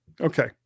Okay